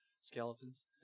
Skeletons